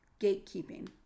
gatekeeping